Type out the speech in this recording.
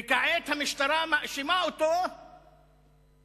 וכעת המשטרה מאשימה אותו בשוחד